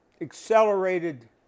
accelerated